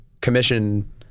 commission